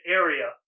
area